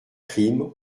crimes